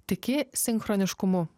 tiki sinchroniškumu